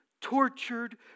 tortured